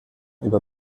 über